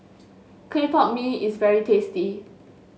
Clay Pot Mee is very tasty